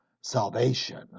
salvation